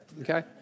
Okay